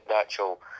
actual